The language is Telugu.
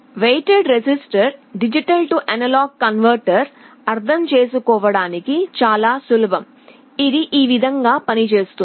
weighted register D A converter అర్థం చేసుకోవడానికి చాలా సులభం ఇది ఈ విధంగా పనిచేస్తుంది